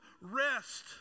rest